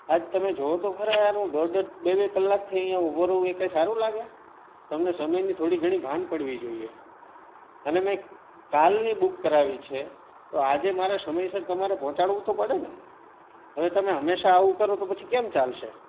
આજે તમે જુઓ તો ખરા યાર હું દોઢ દોઢ બે બે કલાકથી અહીં ઉભો રહું એ કંઈ સારું લાગે તમને સમયની થોડી ઘણી ભાન પડવી જોઈએ અને મેં કાલની બૂક કરાવી છે તો આજે મારે સમયસર તમારે પહોંચાડવું તો પડે ને હવે તમે હંમેશા આવું કરો તો પછી કેમ ચાલશે